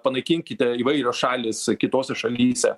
panaikinkite įvairios šalys kitose šalyse